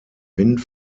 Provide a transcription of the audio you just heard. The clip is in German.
wind